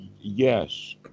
Yes